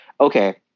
okay